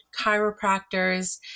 chiropractors